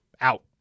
out